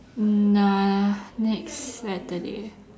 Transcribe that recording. nah next Saturday